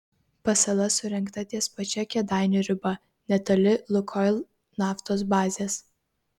pasala surengta ties pačia kėdainių riba netoli lukoil naftos bazės